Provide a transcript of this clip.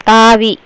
தாவி